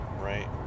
right